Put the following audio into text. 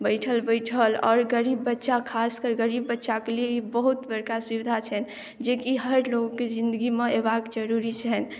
बैठल बैठल आओर गरीब बच्चाके खास कर गरीब बच्चाके लिये ई बहुत बड़का सुविधा छनि जेकि हर लोगके जिन्दगीमे अयबाक जरुरी छनि